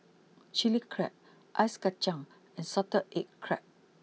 Chilli Crab Ice Kacang and Salted Egg Crab